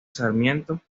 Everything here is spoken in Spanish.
sarmiento